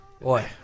Boy